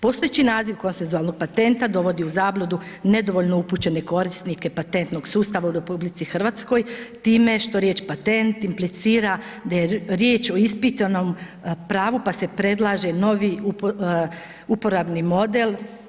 Postojeći naziv konsensualnog patenta dovodi u zabludu nedovoljno upućene korisnike patentnog sustava u RH time što riječ patent implicira da je riječ o ispitanom pravu pa se predlaže novi uporabni model.